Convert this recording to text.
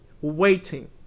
waiting